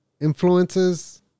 influences